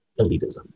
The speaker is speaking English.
elitism